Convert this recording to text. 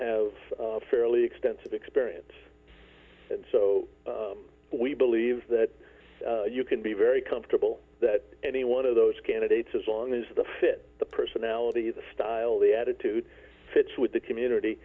have fairly extensive experience and so we believe that you can be very comfortable that any one of those candidates as long as the fit the personality the style the attitude fits with the community